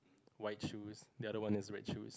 white shoes the other one is red shoes